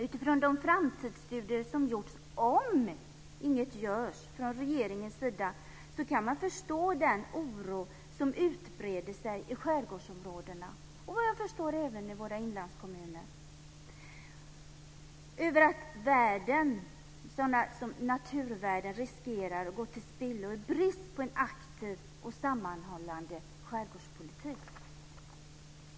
Utifrån de framtidsstudier som gjorts av hur det blir om inget görs från regeringens sida kan man förstå den oro som utbreder sig i skärgårdsområdena, och vad jag förstår även i våra inlandskommuner, över att dessa naturvärden riskerar att gå till spillo i brist på en aktiv och sammanhållande skärgårdspolitik.